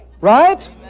Right